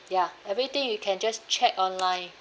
ya everything you can just check online